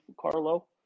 Carlo